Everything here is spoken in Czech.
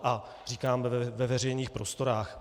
A říkám ve veřejných prostorách.